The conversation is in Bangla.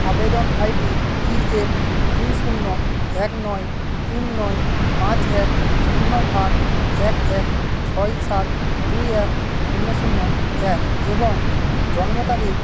আবেদন আইডি ইএফ দুই শূন্য এক নয় তিন নয় পাঁচ এক শূন্য আট এক এক ছয় সাত দুই এক শূন্য শূন্য এক এবং জন্ম তারিখ